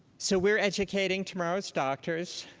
so, we're educating tomorrow's doctors.